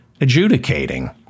adjudicating